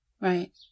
right